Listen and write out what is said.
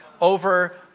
over